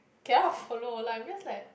cannot follow like I'm just like